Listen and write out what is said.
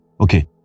okay